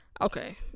Okay